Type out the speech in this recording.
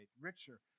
richer